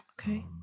Okay